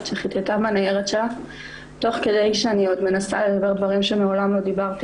שחיטטה בניירת שלה תוך כדי שאני עוד מנסה לדבר דברים שמעולם לא דיברתי.